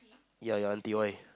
yeah your auntie why